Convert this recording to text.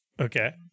Okay